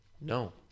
No